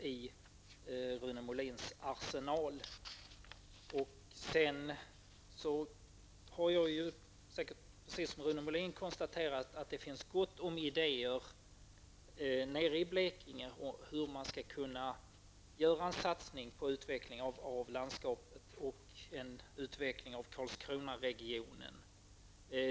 Jag har, vilket säkert också Rune Molin har gjort, konstaterat att det finns många idéer i Blekinge om hur man skall kunna göra en satsning på utveckling av landskapet och Karlskronaregionet.